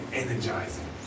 energizing